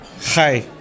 Hi